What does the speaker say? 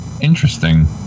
Interesting